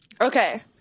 Okay